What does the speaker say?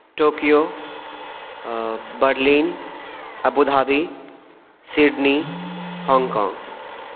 Tokyo Berlin Abu Dhabi Sydney Hong Kong